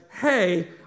hey